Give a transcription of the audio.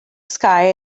sky